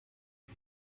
she